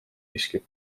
riski